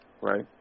right